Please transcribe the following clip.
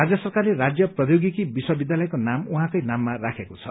राज्य सरकारले राज्य प्रौद्योगिकी विश्वविद्यालयको नाम उहाँकै नाममा राखेको छ